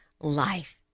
life